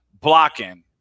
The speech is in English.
blocking